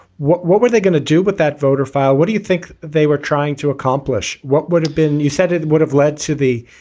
what what were they going to do with that voter file? what do you think they were trying to accomplish? what would have been. you said it would have led to the